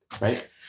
Right